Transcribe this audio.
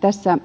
tässä